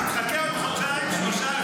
תחכה עוד חודשיים-שלושה,